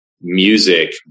music